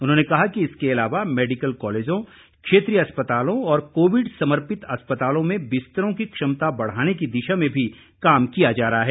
उन्होंने कहा कि इसके अलावा मेडिकल कॉलेजों क्षेत्रीय अस्पतालों और कोविड समर्पित अस्पतालों में बिस्तरों की क्षमता बढ़ाने की दिशा में भी काम किया जा रहा है